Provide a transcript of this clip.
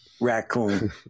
raccoon